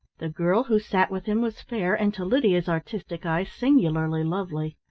the girl who sat with him was fair, and to lydia's artistic eye, singularly lovely.